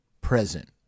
present